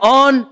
on